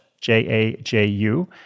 J-A-J-U